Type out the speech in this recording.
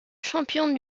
champion